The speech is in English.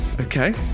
Okay